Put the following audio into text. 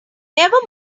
never